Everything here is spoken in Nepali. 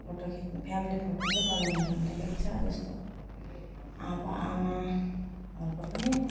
फोटो खिच्नु फ्यामिली फोटो चाहिँ बनाउनु मन लागेको छ जस्तो आप्पा आमाहरूको पनि